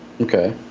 Okay